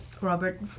Robert